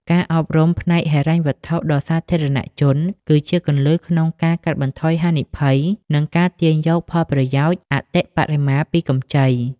ការអប់រំផ្នែកហិរញ្ញវត្ថុដល់សាធារណជន គឺជាគន្លឹះក្នុងការកាត់បន្ថយហានិភ័យ និងការទាញយកផលប្រយោជន៍អតិបរមាពីកម្ចី។